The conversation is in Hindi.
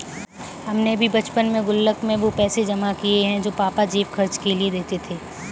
हमने भी बचपन में गुल्लक में वो पैसे जमा किये हैं जो पापा जेब खर्च के लिए देते थे